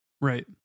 right